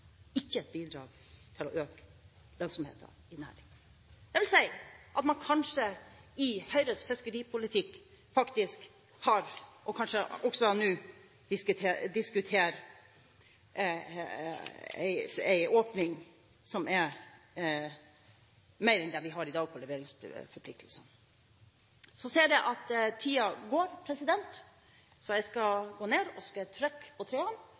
ikke bidrag til å øke lønnsomheten i næringen.» Det vil si at kanskje Høyre i sin fiskeripolitikk faktisk også nå diskuterer en åpning som er mer enn det vi har i dag når det gjelder leveringsforpliktelser. Jeg ser at tiden går, så jeg skal gå ned, og så skal jeg «trykke på